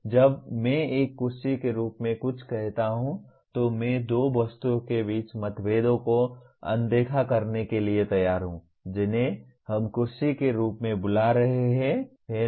जब मैं एक कुर्सी के रूप में कुछ कहता हूं तो मैं दो वस्तुओं के बीच मतभेदों को अनदेखा करने के लिए तैयार हूं जिन्हें हम कुर्सी के रूप में बुला रहे हैं है ना